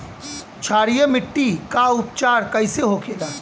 क्षारीय मिट्टी का उपचार कैसे होखे ला?